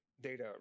data